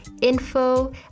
info